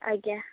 ଆଜ୍ଞା